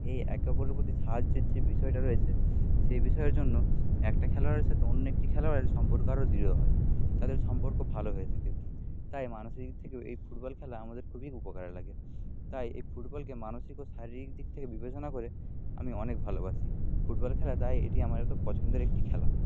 এই একে অপরের প্রতি সাহায্যের যে বিষয়টা রয়েছে সেই বিষয়ের জন্য একটা খেলোয়ারের সাথে অন্য একটি খেলোয়ারের সম্পর্ক আরো দৃঢ় হয় তাদের সম্পর্ক ভালো হয়ে থাকে তাই মানসিক দিক থেকেও এই ফুটবল খেলা আমাদের খুবই উপকারে লাগে তাই এই ফুটবলকে মানসিক ও শারীরিক দিক থেকে বিবেচনা করে আমি অনেক ভালোবাসি ফুটবল খেলা তাই এটি আমার এত পছন্দের একটি খেলা